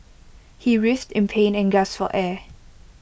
he writhed in pain and gasped for air